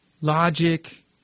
Logic